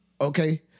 Okay